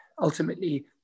ultimately